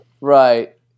right